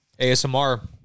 ASMR